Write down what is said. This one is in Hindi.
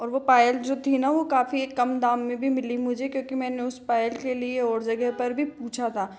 वह पायल जो थी न वह काफ़ी कम दाम में भी मिली मुझे क्योंकि मैंने उस पायल के लिए और जगह पर भी पूछा था